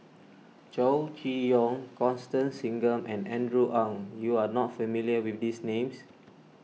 Chow Chee Yong Constance Singam and Andrew Ang you are not familiar with these names